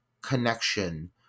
connection